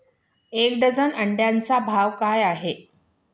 एक डझन अंड्यांचा भाव काय आहे?